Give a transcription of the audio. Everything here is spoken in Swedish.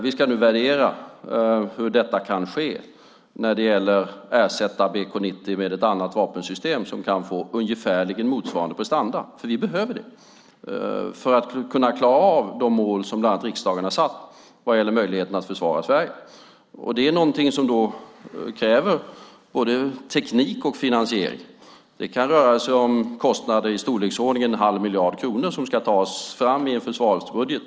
Vi ska nu värdera hur detta kan ske när det gäller att ersätta BK 90 med ett annat vapensystem som kan få ungefärligen motsvarande prestanda, för vi behöver det för att kunna klara av de mål som bland annat riksdagen har satt upp vad gäller möjligheten att försvara Sverige. Det är någonting som kräver både teknik och finansiering. Det kan röra sig om kostnader i storleksordningen 1⁄2 miljard kronor som ska tas fram i en försvarsbudget.